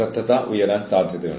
അത് അധികമാകാൻ പാടില്ല